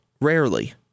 rarely